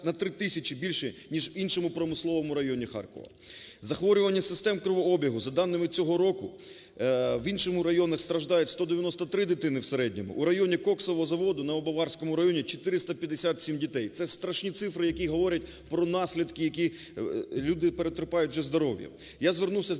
на 3 тисячі більше ніж в іншому промисловому районі Харкова. Захворювання систем кровообігу за даними цього року в іншому районі страждають 193 дитини в середньому, у районі коксового заводу, Новобаварському районі, 457 дітей. Це страшні цифри, які говорять про наслідки, які люди перетерпають вже з здоров'ям. Я звернувся з